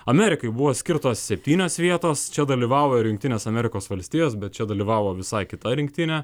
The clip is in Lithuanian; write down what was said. amerikai buvo skirtos septynios vietos čia dalyvavo ir jungtinės amerikos valstijos bet čia dalyvavo visai kita rinktinė